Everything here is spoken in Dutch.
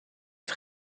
het